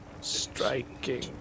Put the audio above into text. striking